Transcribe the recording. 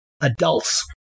adults